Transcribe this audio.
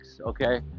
Okay